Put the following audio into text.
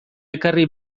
ekarri